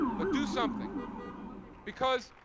but do something because